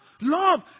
Love